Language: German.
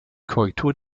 korrektur